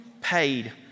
paid